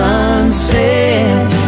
Sunset